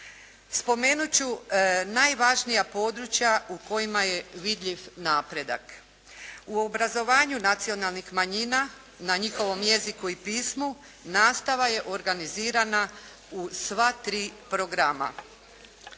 Spomenuti ću najvažnija područja u kojima je vidljiv napredak. U obrazovanju nacionalnih manjina, na njihovom jeziku i pismu, nastava je organizirana u sva tri programa.